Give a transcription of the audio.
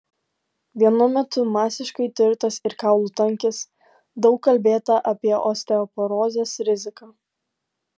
vienu metu masiškai tirtas ir kaulų tankis daug kalbėta apie osteoporozės riziką